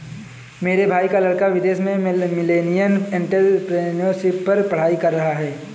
मेरे भाई का लड़का विदेश में मिलेनियल एंटरप्रेन्योरशिप पर पढ़ाई कर रहा है